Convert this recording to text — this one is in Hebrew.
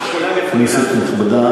השאלה מי קובע,